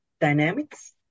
Dynamics